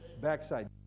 Backside